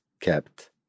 kept